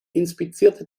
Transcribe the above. inspizierte